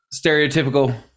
stereotypical